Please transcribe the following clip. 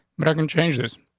but i can change this.